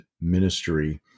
ministry